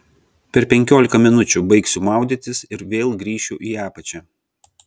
per penkiolika minučių baigsiu maudytis ir vėl grįšiu į apačią